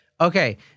Okay